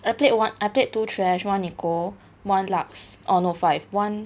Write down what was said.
I played one I played two thresh one neeko one lux oh no five one